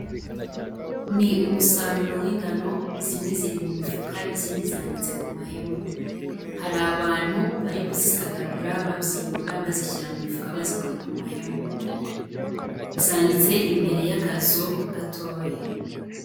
Ni umusaruro w'ingano zimwe ziri mu mifuka izindi zanditse ku mahema. Hari abantu bari kuzisagarura baziyora bazishyira mu mifuka bazikura ku mahema. Zanitse imbere y'akazu gatoya.